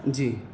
جی